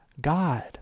God